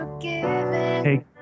hey